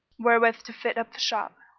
wherewith to fit up the shop.